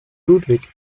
ludwig